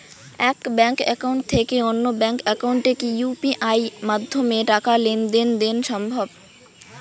এক bank account থেকে অন্য ব্যাংক একাউন্টে কি ইউ.পি.আই মাধ্যমে টাকার লেনদেন দেন সম্ভব?